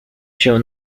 się